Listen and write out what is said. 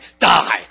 Die